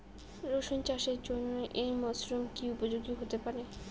রসুন চাষের জন্য এই মরসুম কি উপযোগী হতে পারে?